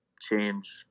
change